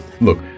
Look